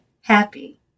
happy